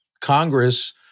Congress